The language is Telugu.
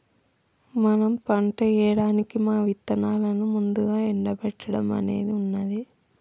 మనం పంట ఏయడానికి మా ఇత్తనాలను ముందుగా ఎండబెట్టడం అనేది ఉన్నది